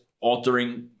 altering